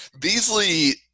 Beasley